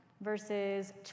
verses